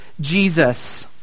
Jesus